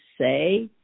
say